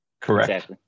Correct